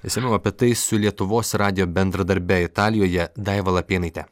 išsamiau apie tai su lietuvos radijo bendradarbė italijoje daiva lapėnaitė